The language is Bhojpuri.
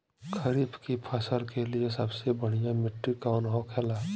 खरीफ की फसल के लिए सबसे बढ़ियां मिट्टी कवन होखेला?